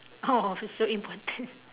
oh so important